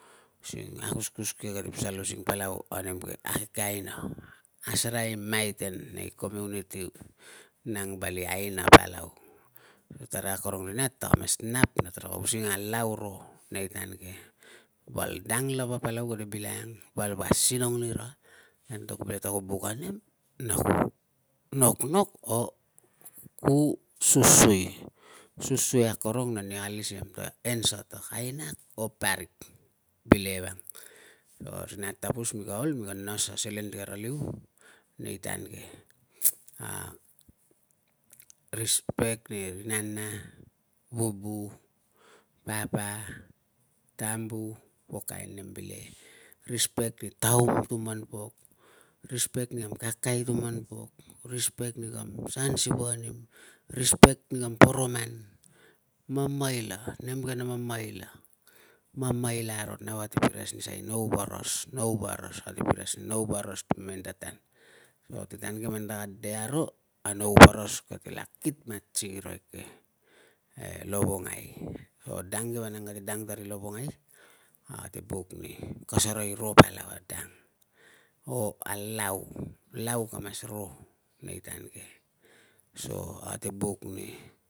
Using akuskus ke kate pasal using palau a nem ke, akeke aina, asereai maiten nei community, nang vali aina palau. Tara akorong ri nat, taka mas nap na tara using na lau ro nei tan ke, val dang lava palau kate bilangang. Val vo asinong nira i antok ta kuo buk a nem, ku nok nok o ku susui. Susui akorong na nia ka lis iam ta answer ta ka ainak o parik, bile vang. Ri nat tapus, mi ka ol, mi ka nas a selen ti kara liu nei tan ke. respect ni ri nana, vubu, papa, tambu o kain nem bile, respect ri taum tuman pok, respect ni kam kakai tuman pok, respect ni kam sansivanim, respect ni kam poroman. Mamaila, nem ke na mamaila, mamaila aro. Nau atepa les ni suai nau varas, nau varas. Taraka de aro ta nau varas katela kitmat singira eke e lovongai o dang ke vanang kate kate dang tari lovongai. Ate buk ni ka sarai ro palau a dang o lau. Lau ka mas ro nei tan ke so ate buk, so ate buk ni